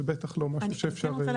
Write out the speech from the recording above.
זה בטח לא משהו שאפשר להגיד.